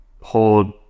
hold